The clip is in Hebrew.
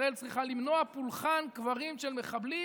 ישראל צריכה למנוע פולחן קברים של מחבלים,